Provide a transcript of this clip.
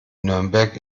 nürnberg